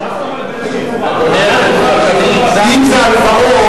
מה זאת אומרת באיזו צורה?